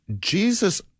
Jesus